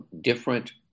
different